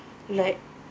like